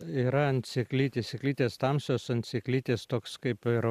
yra ant sėklytės sėklytės tamsios ant sėklytės toks kaip ir